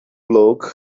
bloke